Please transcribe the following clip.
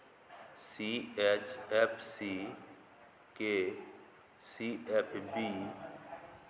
C H F C K C F B